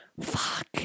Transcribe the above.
Fuck